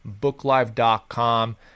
BookLive.com